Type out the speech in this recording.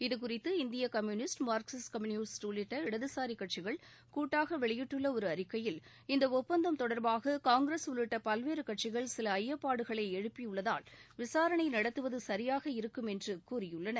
இதுகுறித்து இந்திய communist Marxist communist உள்ளிட்ட இடதுசாரி கட்சிகள் கூட்டாக வெளியிட்டுள்ள ஒரு அறிக்கையில் இந்த ஒப்பந்தம் தொடர்பாக காங்கிரஸ் உள்ளிட்ட பல்வேறு கட்சிகள் சில ஐயப்பாடுகளை எழுப்பியுள்ளதால் விசாரணை நடத்துவது சரியாக இருக்குமென்று கூறியுள்ளன